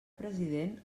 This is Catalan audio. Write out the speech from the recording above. president